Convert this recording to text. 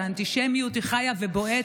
שהאנטישמיות חיה ובועטת.